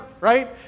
right